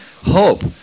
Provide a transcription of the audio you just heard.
hope